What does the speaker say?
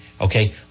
Okay